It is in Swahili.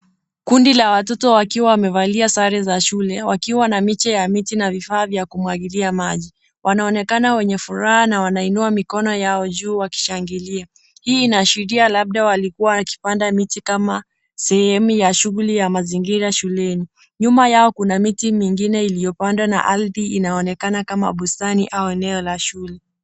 Kundi la watoto wakiwa wamevalia sare za shule wakiwa na miche ya miti na vifaa vya kumwagilia maji. Wanaonekana wenye furaha na wanainua mikono yao juu wakishangilia. Hii inaashiria labda walikuwa wakipanda miti kama sehemu ya shughuli ya mazingira shuleni. Nyuma yao kuna miti mingine liyopandwa na ardhi inayoonekana kama bustani au eneo la shule.